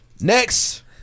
Next